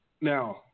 Now